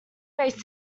based